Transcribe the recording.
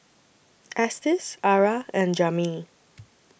Estes Arah and Jami